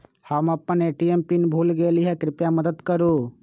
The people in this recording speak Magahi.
हम अपन ए.टी.एम पीन भूल गेली ह, कृपया मदत करू